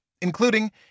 including